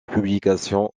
publication